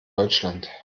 deutschland